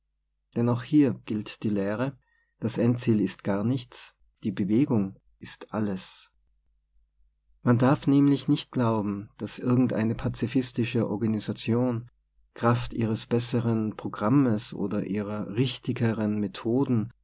auch hier gilt die lehre das end ziel ist gar nichts die bewegung ist alles man darf nämlich nicht glauben daß irgendeine pazifistische organisation kraft ihres besseren pro grammes oder ihrer richtigeren methoden